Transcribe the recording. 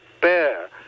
bear